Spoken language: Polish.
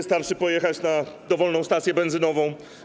Wystarczy pojechać na dowolną stację benzynową.